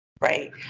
Right